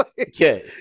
Okay